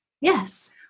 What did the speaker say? Yes